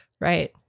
Right